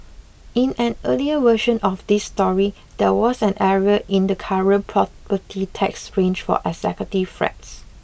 in an earlier version of this story there was an error in the current property tax range for executive flats